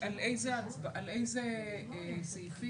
איפה זה כתוב?